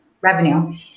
revenue